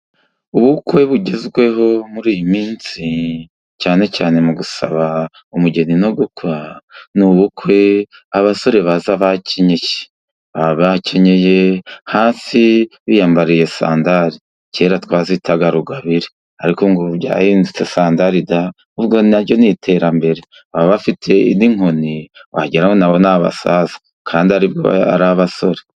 Ubukwe bugezweho muri iyi minsi, cyane cyane mu gusaba umugeni no gukwa, ni ubukwe abasore baza bakenyeye. Baba bakenyeye hasi; biyambariye sandali. Kera twazitaga rugabire, ariko ngo byahindutse sandari da! Ubwo na ryo ni iterambere. Baba bafite n'inkoni wagira ngo na bo ni abasaza kandi ari ari abasore.